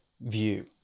view